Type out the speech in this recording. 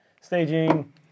staging